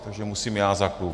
Takže musím já za klub.